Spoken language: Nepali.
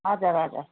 हजुर हजुर